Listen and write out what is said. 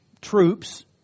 troops